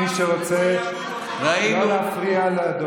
מי שרוצה, לא להפריע לדובר.